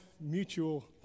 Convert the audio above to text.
mutual